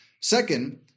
Second